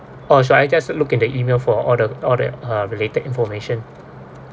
or should I just look at the email for all the all the uh related information